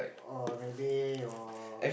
or maybe your